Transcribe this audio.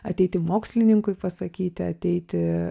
ateitį mokslininkui pasakyti ateiti